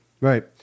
Right